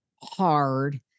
hard